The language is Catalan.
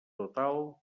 total